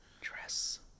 Dress